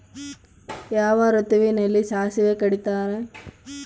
ಯಾವ ಋತುವಿನಲ್ಲಿ ಸಾಸಿವೆ ಕಡಿತಾರೆ?